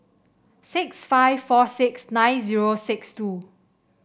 six five four six nine zero six two